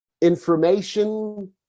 information